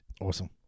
Awesome